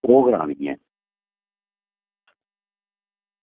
ओह् करानी ऐ